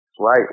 right